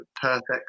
perfect